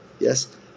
yes